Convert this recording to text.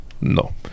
No